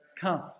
Come